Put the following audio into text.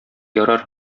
ярар